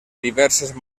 diverses